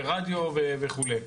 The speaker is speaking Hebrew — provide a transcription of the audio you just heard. רדיו וכו'.